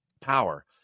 power